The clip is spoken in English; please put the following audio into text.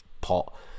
pot